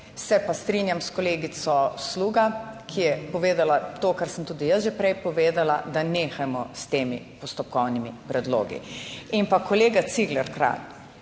se pa strinjam s kolegico Sluga, ki je povedala to, kar sem tudi jaz že prej povedala, da nehajmo s temi postopkovnimi predlogi. In pa kolega Cigler Kralj,